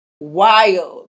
wild